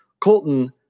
Colton